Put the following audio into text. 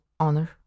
honor